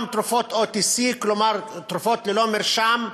גם תרופות OTC, כלומר, תרופות ללא מרשם.